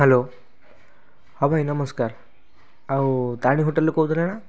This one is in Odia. ହ୍ୟାାଲୋ ହଁ ଭାଇ ନମସ୍କାର ଆଉ ତାରିଣୀ ହୋଟେଲ୍ରୁ କହୁଥିଲେ ନା